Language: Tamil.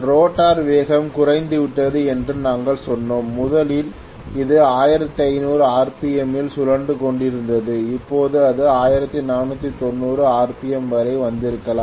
ரோட்டார் வேகம் குறைந்துவிட்டது என்று நாங்கள் சொன்னோம் முதலில் அது 1500 ஆர்பிஎம்மில் சுழன்று கொண்டிருந்தது இப்போது அது 1490 ஆர்பிஎம் வரை வந்திருக்கலாம்